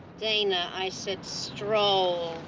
dana, i said stroll.